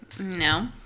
No